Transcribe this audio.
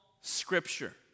scripture